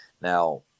now